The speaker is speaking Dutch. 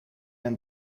een